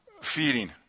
feeding